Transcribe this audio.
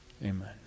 Amen